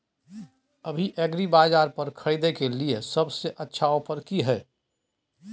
अभी एग्रीबाजार पर खरीदय के लिये सबसे अच्छा ऑफर की हय?